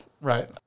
Right